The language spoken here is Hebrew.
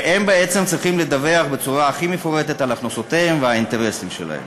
והם בעצם צריכים לדווח בצורה הכי מפורטת על ההכנסות והאינטרסים שלהם.